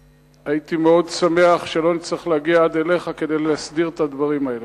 אשמח מאוד אם לא נצטרך להגיע עד אליך כדי להסדיר את הדברים האלה.